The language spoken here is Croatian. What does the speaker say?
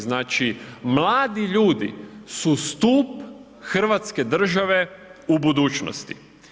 Znači mladi ljudi su stup Hrvatske države u budućnosti.